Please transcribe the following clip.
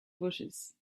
bushes